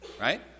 right